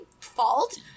fault